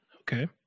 Okay